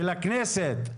של הכנסת,